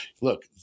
look